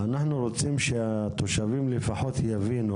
אנחנו רוצים שהתושבים לפחות יבינו